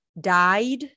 Died